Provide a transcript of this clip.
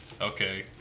okay